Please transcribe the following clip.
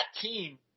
team